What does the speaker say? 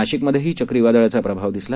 नाशिकमधेही चक्रीवादळाचा प्रभाव दिसला